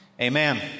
Amen